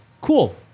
cool